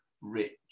rich